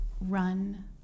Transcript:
run